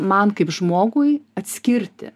man kaip žmogui atskirti